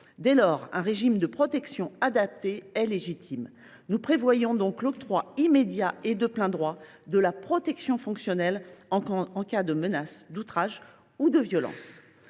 Dès lors, un régime de protection adapté est légitime. Nous prévoyons donc l’octroi immédiat et de plein droit de la protection fonctionnelle en cas de menaces, d’outrages ou de violences.